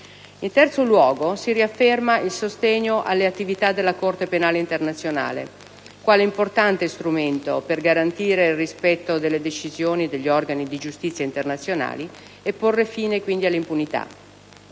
In terzo luogo, si riafferma il sostegno alle attività della Corte penale internazionale quale importante strumento per garantire il rispetto delle decisioni degli organi di giustizia internazionali e porre fine alle impunità.